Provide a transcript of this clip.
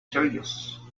serious